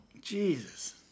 Jesus